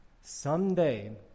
someday